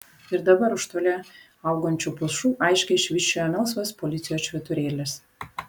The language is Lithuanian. ir dabar už toli augančių pušų aiškiai švysčiojo melsvas policijos švyturėlis